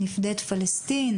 נפדה את פלסטין",